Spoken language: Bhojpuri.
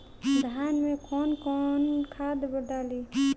धान में कौन कौनखाद डाली?